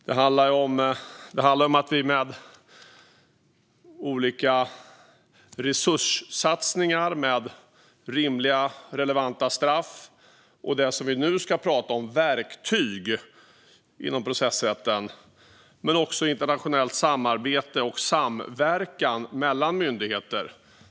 Det handlar om olika resurssatsningar, om rimliga och relevanta straff och om det vi nu ska prata om, nämligen verktyg inom processrätten. Det handlar också om internationellt samarbete och samverkan mellan myndigheter.